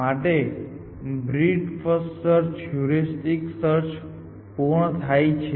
માટે breadth first heuristic search પૂર્ણ થાય છે